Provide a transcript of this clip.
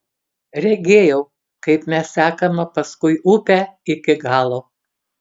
regėjau kaip mes sekame paskui upę iki galo